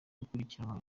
gukurikiranwa